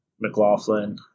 McLaughlin